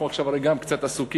אנחנו עכשיו הרי גם קצת עסוקים,